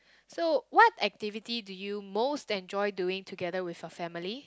so what activity do you most enjoy doing together with your family